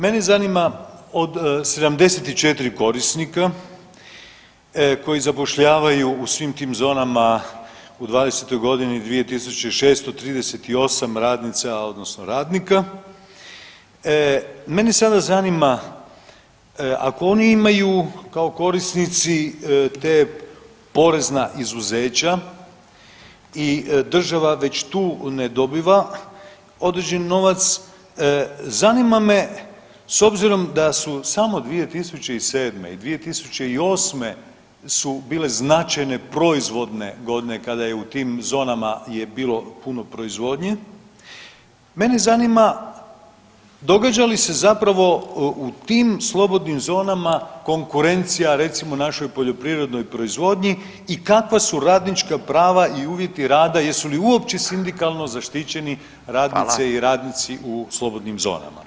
Mene zanima od 74 korisnika koji zapošljavaju u svim tim zonama u '20.-toj godini 2.638 radnica odnosno radnika, mene sada zanima ako oni imaju kao korisnici te porezna izuzeća i država već tu ne dobiva određeni novac, zanima me s obzirom da su samo 2007. i 2008. su bile značajne proizvodne godine kada je u tim zonama je bilo puno proizvodnje, mene zanima događa li se zapravo u tim slobodnim zonama konkurencija našoj poljoprivrednoj proizvodnji i kakva su radnička prava i uvjeti rada i jesu li uopće sindikalno zaštićeni radnice [[Upadica Radin: Hvala.]] i radnici u slobodnim zonama?